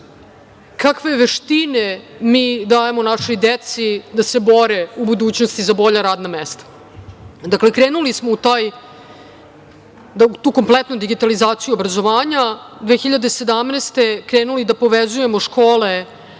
kakve veštine mi dajemo našoj deci da se bore u budućnosti za bolja radna mesta. Dakle, krenuli smo u tu kompletnu digitalizaciju obrazovanja, 2017. godine krenuli da povezujemo škole